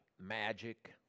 magic